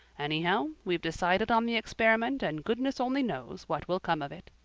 anyhow, we've decided on the experiment and goodness only knows what will come of it.